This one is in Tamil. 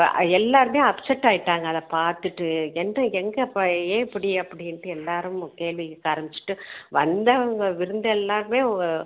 ஆ எல்லோருமே அப்செட் ஆயிட்டாங்க அதை பார்த்துட்டு என்ன எங்கப்பா ஏன் இப்படி அப்படீண்ட்டு எல்லோரும் கேள்வி கேட்க ஆரம்பிச்சுட்டு வந்தவங்க விருந்து எல்லோருமே ஒ